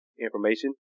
information